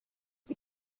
die